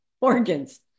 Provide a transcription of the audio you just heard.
organs